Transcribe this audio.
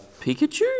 Pikachu